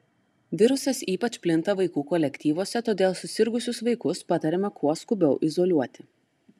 virusas ypač plinta vaikų kolektyvuose todėl susirgusius vaikus patariama kuo skubiau izoliuoti